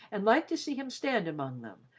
and liked to see him stand among them,